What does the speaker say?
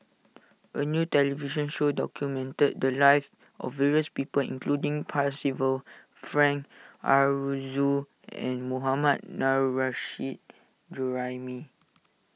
a new television show documented the lives of various people including Percival Frank Aroozoo and Mohammad Nurrasyid Juraimi